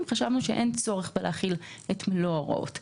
חשבנו שאין צורך להחיל את מלוא ההוראות.